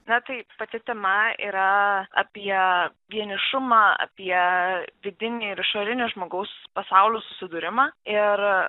na tai pati tema yra apie vienišumą apie vidinį ir išorinį žmogaus pasaulių susidūrimą ir